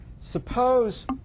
suppose